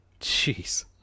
Jeez